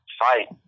fight